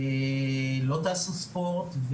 לא תעשו ספורט,